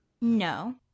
No